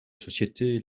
société